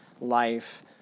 life